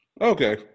Okay